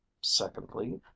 Secondly